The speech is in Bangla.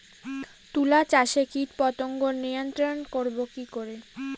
তুলা চাষে কীটপতঙ্গ নিয়ন্ত্রণর করব কি করে?